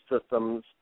systems